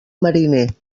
mariner